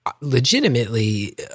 legitimately